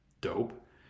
dope